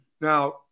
Now